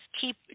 keep